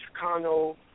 Chicano